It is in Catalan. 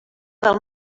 del